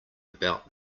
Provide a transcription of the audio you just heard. about